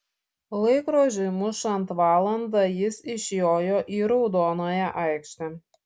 laikrodžiui mušant valandą jis išjojo į raudonąją aikštę